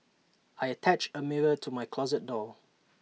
I attached A mirror to my closet door